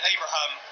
Abraham